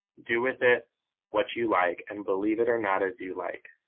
do with it what you like, and believe it or not as you like.